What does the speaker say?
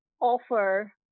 offer